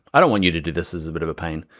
i don't want you to do, this is a bit of a pain.